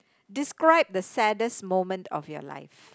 describe the saddest moment of your life